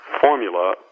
formula